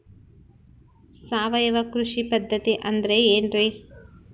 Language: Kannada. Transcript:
ಸಾವಯವ ಕೃಷಿ ಪದ್ಧತಿ ಅಂದ್ರೆ ಏನ್ರಿ?